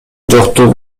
жоктугу